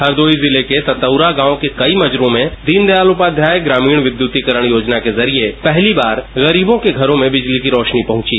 हरदोई जिले के तउरा गांव के कई मजरों में दीन दयाल उपाध्याय विध्यतीकरण योजना के जरिए पहली बार गरीबों के घरों में बिजली की रोशनी पहंची